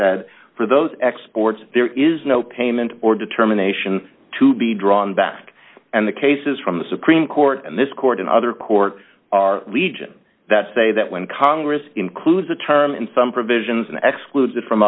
said for those exports there is no payment or determination to be drawn back and the cases from the supreme court and this court and other court are legion that say that when congress includes a term in some provisions in xclusive from